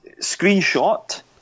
screenshot